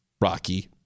Rocky